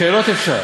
שאלות אפשר.